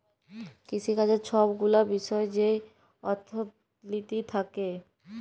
কিসিকাজের ছব গুলা বিষয় যেই অথ্থলিতি থ্যাকে